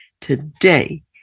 today